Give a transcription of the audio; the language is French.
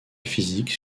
physique